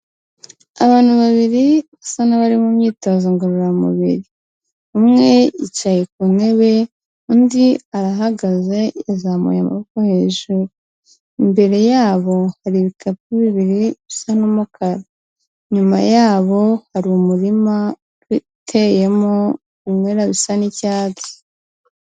Abantu babiri basa n'abari mu myitozo ngororamubiri, umwe yicaye ku ntebe undi arahagaze yazamuye amaboko hejuru, imbere yabo hari ibikapu bibiri bisa n'umukara, inyuma yabo hari umurima uteyemo ibimera bisa n'icyatsi.